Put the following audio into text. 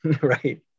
Right